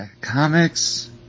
comics